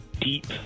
deep